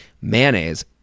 Mayonnaise